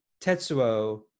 Tetsuo